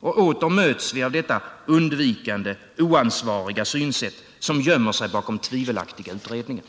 Och åter möts vi av detta undvikande, oansvariga synsätt, som gömmer sig bakom tvivelaktiga utredningar.